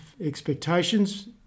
expectations